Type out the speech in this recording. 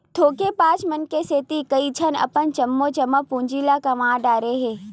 धोखेबाज मन के सेती कइझन अपन जम्मो जमा पूंजी ल गंवा डारे हे